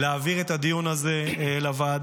להעביר את הדיון הזה לוועדה,